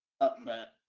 upset